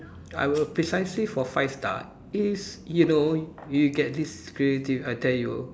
I will precisely for five star is you know you get this creative I tell you